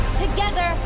Together